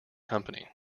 company